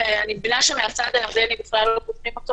אני מבינה שמהצד הירדני בכלל לא פותחים אותו,